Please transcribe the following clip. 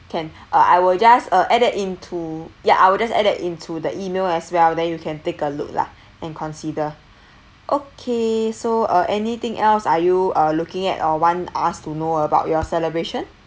can uh I will just uh add that into ya I will just add that into the email as well then you can take a look lah and consider okay so uh anything else are you uh looking at or want us to know about your celebration